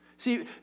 See